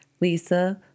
Lisa